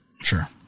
Sure